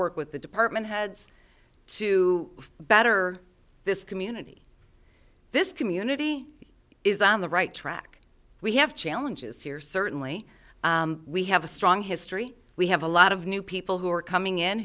work with the department heads to better this community this community is on the right track we have challenges here certainly we have a strong history we have a lot of new people who are coming in